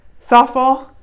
softball